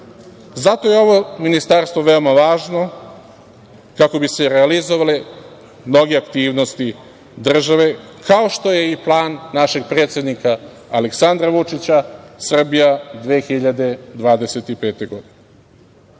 Zato je ovo ministarstvo veoma važno kako bi se realizovale mnoge aktivnosti države, kao što je i plan našeg predsednika Aleksandra Vučića Srbija 2025. godine.